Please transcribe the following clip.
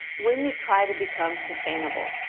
when you try to become sustainable,